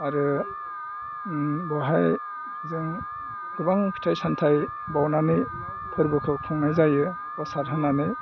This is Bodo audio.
आरो बेवहाय जों गोबां फिथाइ सामथाय बावनानै फोरबोखौ खुंनाय जायो फ्र'साद होनानै